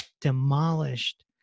demolished